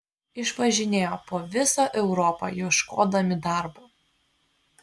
išvažinėjo po visą europą ieškodami darbo